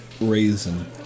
raisin